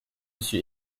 suis